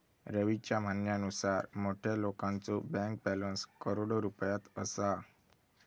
रवीच्या म्हणण्यानुसार मोठ्या लोकांचो बँक बॅलन्स करोडो रुपयात असा